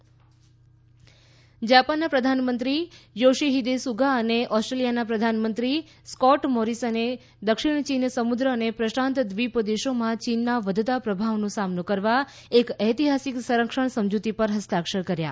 Japan Australia જાપાનના પ્રધાનમંત્રી Yoshihide Suga અને ઓસ્ટ્રેલીયાના પ્રધાનમંત્રી સ્ક્રોટ મોરીસને દક્ષિણ ચીન સમુદ્ર અને પ્રશાંત દ્વિપદેશોમાં ચીનના વધતા પ્રભાવનો સામનો કરવા એક ઐતિહાસીક સંરક્ષણ સમજુતી પર હસ્તાક્ષર કર્યા